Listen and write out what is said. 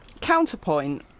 counterpoint